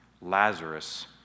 Lazarus